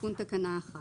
תיקון תקנה 1